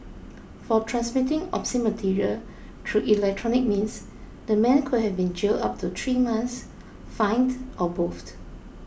for transmitting obscene material through electronic means the man could have been jailed up to three months fined or both